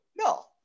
No